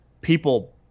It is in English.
people